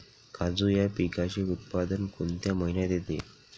काजू या पिकाचे उत्पादन कोणत्या महिन्यात येते?